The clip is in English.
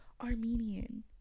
armenian